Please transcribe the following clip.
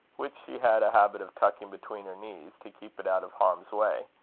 which she had a habit of tucking between her knees, to keep it out of harm's way,